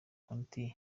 konti